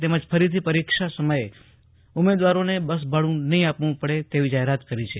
તેમજ ફરીથી પરીક્ષા સમયે ઉમેદવારોને બસભાડું નહીં આપવું પડે તેવી જાહેરાત કરી છે